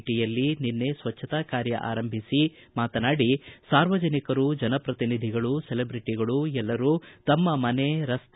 ಟಿಯಲ್ಲಿ ನಿನ್ನೆ ಸ್ವಚ್ಚತಾ ಕಾರ್ಯ ಆರಂಭಿಸಿ ಮಾತನಾಡಿ ಸಾರ್ವಜನಿಕರು ಜನಪ್ರತಿನಿಧಿಗಳು ಸೆಲಿಬ್ರಟಿಗಳು ಎಲ್ಲರೂ ತಮ್ಮ ಮನೆ ರಕ್ತೆ